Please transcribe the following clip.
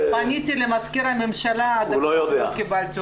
פניתי למזכיר הממשלה, ולא קיבלתי.